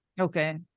Okay